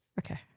Okay